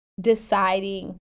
deciding